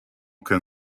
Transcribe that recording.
can